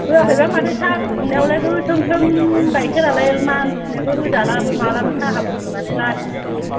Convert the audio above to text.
होयाखैबा माथो साहा फुदुंनायावलाय गोसोम सोम गायखेरालाय मानसिनोबो होजालाबो मालाबो साहा फुदुंनानै लासिं सिं नो